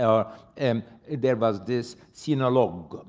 ah and there was this sinologue,